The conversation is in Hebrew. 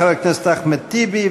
חבר הכנסת אחמד טיבי,